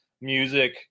music